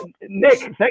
Nick